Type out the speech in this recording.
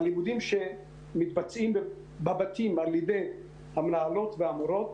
הלימודים שמתבצעים בבתים על ידי המנהלות והמורות